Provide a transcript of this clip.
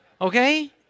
Okay